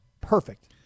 Perfect